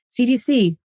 CDC